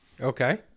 Okay